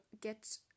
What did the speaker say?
get